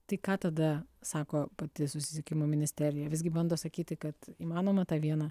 tai ką tada sako pati susisiekimo ministerija visgi bando sakyti kad įmanoma tą vieną